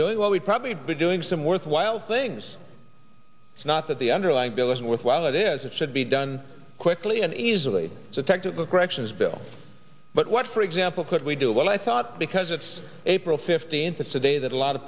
doing what we'd probably be doing some worthwhile things it's not that the underlying bill isn't worthwhile it is it should be done quickly and easily to technical corrections bill but what for example could we do well i thought because it's april fifteenth it's a day that a lot